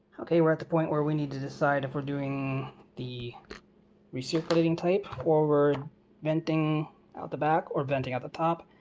okay we're at the point where we need to decide if we're doing the recirculating type, or we're venting out the back, or venting at the top.